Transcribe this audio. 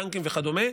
בנקים וכדומה,